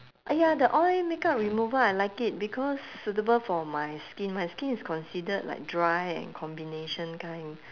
!aiya! the oil makeup remover I like it because suitable for my skin my skin is considered like dry and combination kind